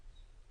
המשפחה?